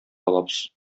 алабыз